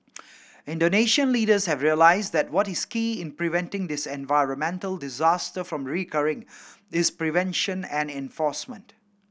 Indonesian leaders have realised that what is key in preventing this environmental disaster from recurring is prevention and enforcement